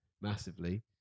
massively